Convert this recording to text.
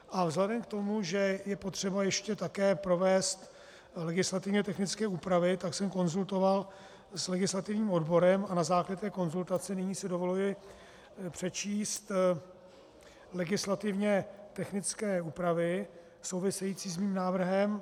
A vzhledem k tomu, že je potřeba ještě také provést legislativně technické úpravy, tak jsem konzultoval s legislativním odborem, a na základě té konzultace si nyní dovoluji přečíst legislativně technické úpravy související s mým návrhem.